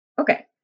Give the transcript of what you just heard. Okay